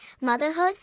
motherhood